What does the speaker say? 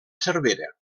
cervera